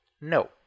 no